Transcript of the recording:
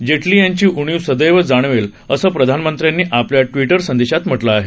जेटली यांची उणीव सदैव जाणवेल असं प्रधानमंत्र्यांनी आपल्या ट्विटर संदेशात म्हटलं आहे